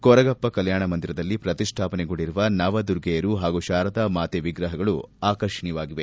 ಕೊರಗಪ್ಪ ಕಲ್ಮಾಣ ಮಂದಿರದಲ್ಲಿ ಪ್ರತಿಷ್ಠಾಪನೆಗೊಂಡಿರುವ ನವದುರ್ಗೆಯರು ಹಾಗೂ ಶಾರಾದ ಮಾತೆ ವಿಗ್ರಹಗಳು ಆಕರ್ಷಣೀಯವಾಗಿವೆ